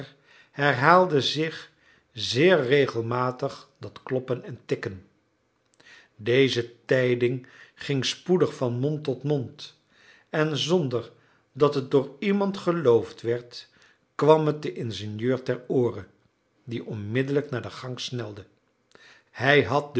herhaalde zich zeer regelmatig dat kloppen en tikken deze tijding ging spoedig van mond tot mond en zonder dat het door iemand geloofd werd kwam het den ingenieur ter ooren die onmiddellijk naar de gang snelde hij had